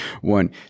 One